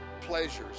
pleasures